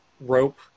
rope